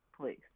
please